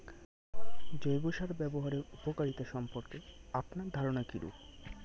জৈব সার ব্যাবহারের উপকারিতা সম্পর্কে আপনার ধারনা কীরূপ?